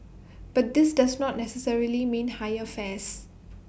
but this does not necessarily mean higher fares